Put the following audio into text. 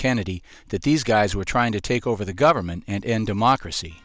kennedy that these guys were trying to take over the government and democracy